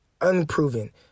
unproven